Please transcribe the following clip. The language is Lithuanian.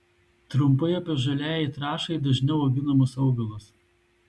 trumpai apie žaliajai trąšai dažniau auginamus augalus